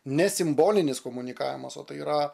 ne simbolinis komunikavimas o tai yra